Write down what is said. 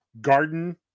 garden